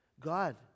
God